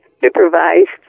supervised